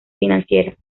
financiera